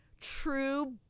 true